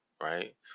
right